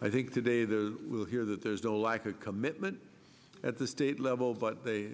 i think today the will hear that there's a lack of commitment at the state level but the